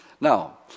Now